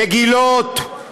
מגילות,